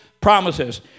promises